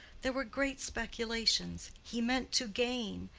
there were great speculations he meant to gain.